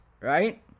right